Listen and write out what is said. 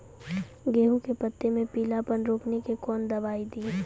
गेहूँ के पत्तों मे पीलापन रोकने के कौन दवाई दी?